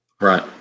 Right